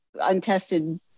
untested